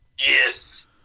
Yes